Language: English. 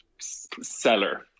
seller